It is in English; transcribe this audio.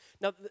Now